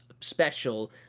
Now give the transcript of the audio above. Special